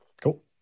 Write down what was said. cool